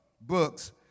books